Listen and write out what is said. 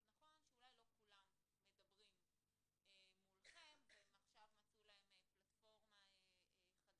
אז נכון שאולי לא כולם מדברים מולכם והם עכשיו מצאו להם פלטפורמה חדשה,